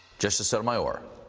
justice sotomayor,